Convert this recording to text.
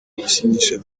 ibisindisha